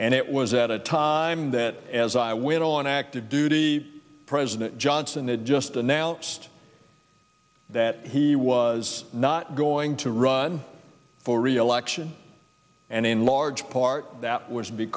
and it was at a time that as i went on active duty president johnson had just announced that he was not going to run for reelection and in large part that was